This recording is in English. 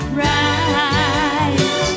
right